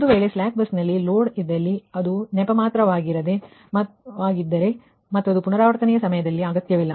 ಒಂದು ವೇಳೆ slack bus ನಲ್ಲಿ ಲೋಡ್ ವಿದ್ದಲ್ಲಿ ಅದು ನೆಪ ಮಾತ್ರದಾಗಿದರೆ ಮತ್ತದು ಪುನರಾವರ್ತನೆಯ ಸಮಯದಲ್ಲಿ ಅಗತ್ಯವಿಲ್ಲ